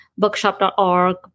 bookshop.org